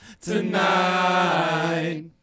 tonight